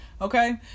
Okay